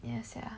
ya sia